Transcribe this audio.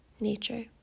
nature